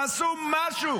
תעשו משהו.